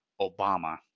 Obama